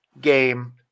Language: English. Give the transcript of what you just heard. game